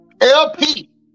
LP